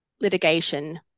litigation